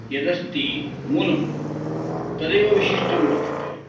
यदस्ति मूलं तदेव विशिष्टं वर्तते